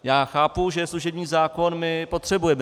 Já chápu, že služební zákon potřebujeme.